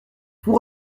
vous